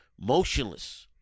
motionless